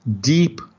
deep